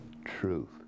truth